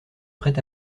prêt